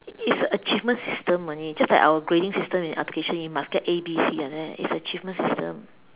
it's a achievement system only just like our grading system in education you must get A B C like that it's achievement system